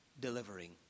delivering